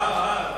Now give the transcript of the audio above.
השוואה רעה.